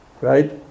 Right